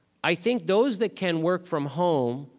i think those that can work from home,